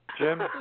Jim